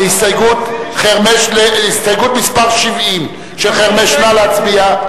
הסתייגות מס' 70, של חרמש, נא להצביע.